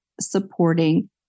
supporting